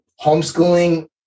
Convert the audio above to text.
homeschooling